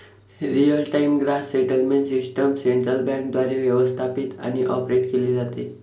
real time gross settlement system central बँकेद्वारे व्यवस्थापित आणि ऑपरेट केली जाते